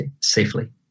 safely